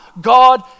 God